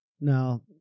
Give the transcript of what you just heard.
Now